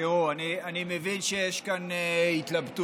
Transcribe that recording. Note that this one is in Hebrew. תראו, אני מבין שיש כאן התלבטויות.